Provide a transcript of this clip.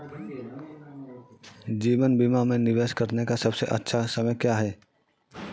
जीवन बीमा में निवेश करने का सबसे अच्छा समय क्या है?